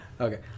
Okay